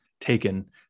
taken